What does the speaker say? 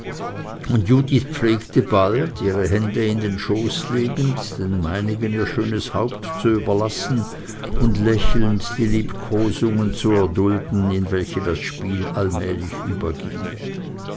und judith pflegte bald ihre hände in den schoß legend den meinigen ihr schönes haupt zu überlassen und lächelnd die liebkosungen zu erdulden in welche das spiel allmählich überging